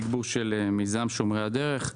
תגבור של מיזם שומרי הדרך,